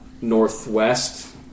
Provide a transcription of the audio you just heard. northwest